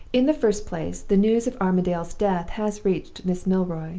in the first place, the news of armadale's death has reached miss milroy.